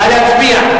נא להצביע.